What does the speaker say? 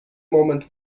moment